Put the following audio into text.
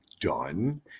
done